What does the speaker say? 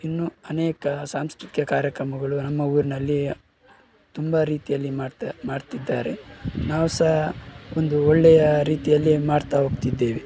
ಇನ್ನೂ ಅನೇಕ ಸಾಂಸ್ಕೃತಿಕ ಕಾರ್ಯಕ್ರಮಗಳು ನಮ್ಮ ಊರಿನಲ್ಲಿ ತುಂಬ ರೀತಿಯಲ್ಲಿ ಮಾಡ್ತಾ ಮಾಡ್ತಿದ್ದಾರೆ ನಾವು ಸ ಒಂದು ಒಳ್ಳೆಯ ರೀತಿಯಲ್ಲಿ ಮಾಡ್ತಾ ಹೋಗ್ತಿದ್ದೇವೆ